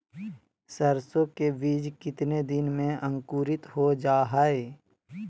सरसो के बीज कितने दिन में अंकुरीत हो जा हाय?